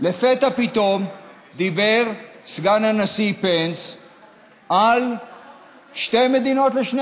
לפתע פתאום דיבר סגן הנשיא פנס על שתי מדינות לשני